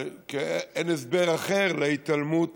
אין הסבר אחר להתעלמות